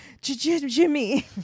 Jimmy